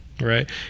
Right